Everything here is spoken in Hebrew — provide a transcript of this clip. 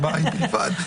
אחת.